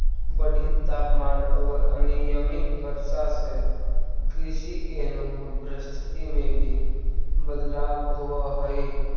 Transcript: बढ़ित तापमान औउर अनियमित वर्षा से कृषि के अनुकूल परिस्थिति में भी बदलाव होवऽ हई